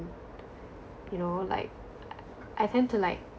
you know like I tend to like